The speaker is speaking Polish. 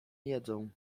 jedzą